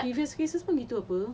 previous cases pun gitu apa